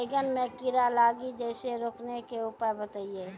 बैंगन मे कीड़ा लागि जैसे रोकने के उपाय बताइए?